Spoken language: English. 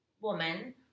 woman